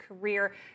career